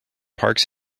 parks